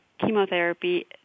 chemotherapy